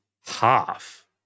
half